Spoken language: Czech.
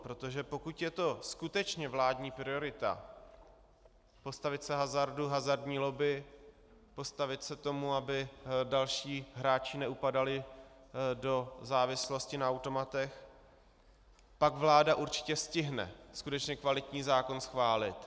Protože pokud je skutečně vládní priorita postavit se hazardu, hazardní lobby, postavit se tomu, aby další hráči neupadali do závislosti na automatech, pak vláda určitě stihne skutečně kvalitní zákon schválit.